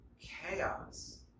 chaos